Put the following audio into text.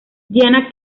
diana